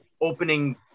opening